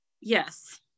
Yes